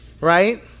Right